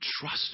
Trust